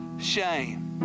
shame